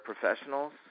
professionals